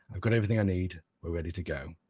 i've got everything i need, ready to go.